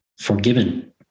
forgiven